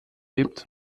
lebt